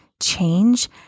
change